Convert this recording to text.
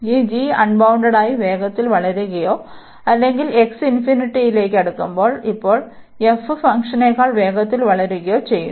ഈ g അൺബൌൺണ്ടഡായി വേഗത്തിൽ വളരുകയോ അല്ലെങ്കിൽ x ലേക്ക് അടുക്കുമ്പോൾ ഇപ്പോൾ f ഫംഗ്ഷനേക്കാൾ വേഗത്തിൽ വളരുകയോ ചെയ്യുന്നു